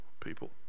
people